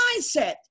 mindset